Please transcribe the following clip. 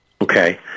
Okay